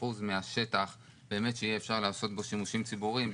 מהשטח שיהיה אפשר לעשות בו שימושים ציבוריים,